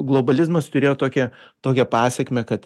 globalizmas turėjo tokią tokią pasekmę kad